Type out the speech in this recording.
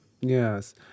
Yes